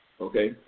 Okay